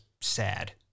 sad